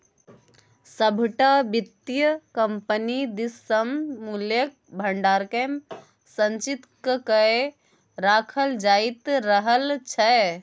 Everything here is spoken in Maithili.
सभटा वित्तीय कम्पनी दिससँ मूल्यक भंडारकेँ संचित क कए राखल जाइत रहल छै